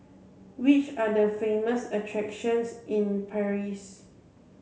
which are the famous attractions in Paris